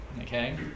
okay